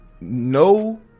no